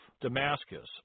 Damascus